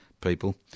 people